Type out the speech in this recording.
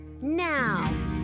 Now